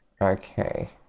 okay